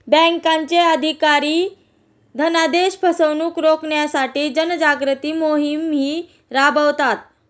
बँकांचे अधिकारी धनादेश फसवणुक रोखण्यासाठी जनजागृती मोहिमाही राबवतात